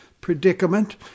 predicament